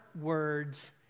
words